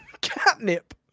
Catnip